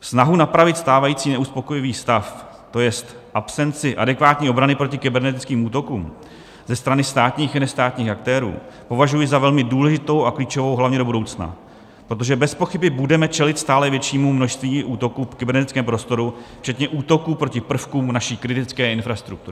Snahu napravit stávající neuspokojivý stav, to jest absenci adekvátní obrany proti kybernetickým útokům ze strany státních i nestátních aktérů, považuji za velmi důležitou a klíčovou hlavně do budoucna, protože bezpochyby budeme čelit stále většímu množství útoků v kybernetickém prostoru včetně útoků proti prvkům naší kritické infrastruktury.